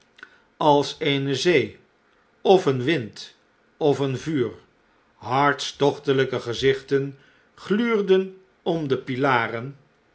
als eene zee of een wind of een vuur hartstochtelijke gezichten gluurden om de pilaren